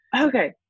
Okay